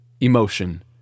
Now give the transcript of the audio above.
emotion